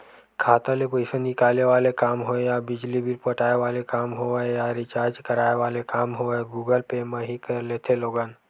खाता ले पइसा निकाले वाले काम होय या बिजली बिल पटाय वाले काम होवय या रिचार्ज कराय वाले काम होवय गुगल पे म ही कर लेथे लोगन